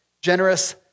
generous